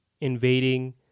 invading